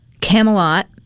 camelot